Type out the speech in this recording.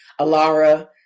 ALARA